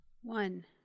One